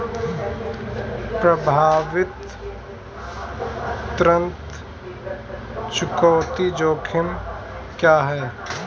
संभावित ऋण चुकौती जोखिम क्या हैं?